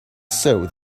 saw